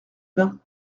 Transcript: bains